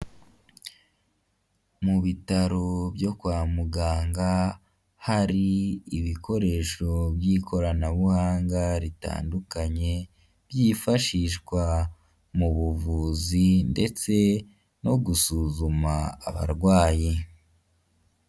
Mu bitaro byo kwa muganga, hari ibikoresho by'ikoranabuhanga ritandukanye byifashishwa mu buvuzi ndetse no gusuzuma abarwayi.